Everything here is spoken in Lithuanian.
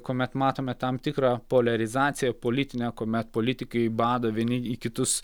kuomet matome tam tikrą poliarizaciją politinę kuomet politikai bado vieni į kitus